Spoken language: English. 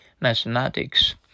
Mathematics